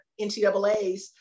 NCAAs